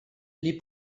les